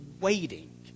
waiting